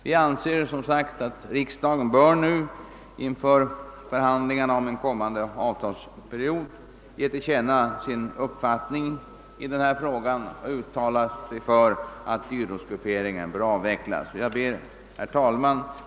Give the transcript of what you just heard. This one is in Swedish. Vi anser som sagt att riksdagen nu inför förhandlingarna om en kommande avtalsperiod bör ge till känna sin uppfattning i denna fråga och uttala sig för att dyrortsgrupperingen skall avvecklas. Herr talman!